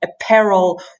apparel